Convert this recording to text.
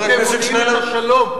אתם מונעים את השלום.